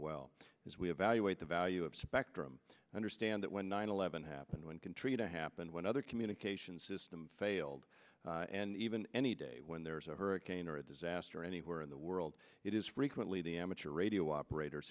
well as we evaluate the value of spectrum understand that when nine eleven happened when contrary to happened when other communication system failed and even any day when there's a hurricane or a disaster anywhere in the world it is frequently the amateur radio operators